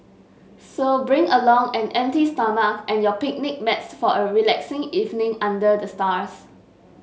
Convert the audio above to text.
so bring along an empty stomach and your picnic mats for a relaxing evening under the stars